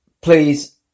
please